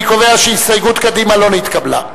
אני קובע שהסתייגות קדימה לא נתקבלה.